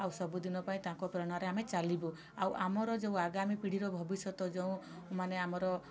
ଆଉ ସବୁଦିନ ପାଇଁ ତାଙ୍କ ପ୍ରେରଣାରେ ଆମେ ଚାଲିବୁ ଆଉ ଆମର ଯେଉଁ ଆଗାମୀ ପିଢ଼ିର ଭବିଷ୍ୟତ ଯେଉଁ ମାନେ ଆମର